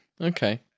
okay